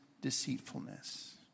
deceitfulness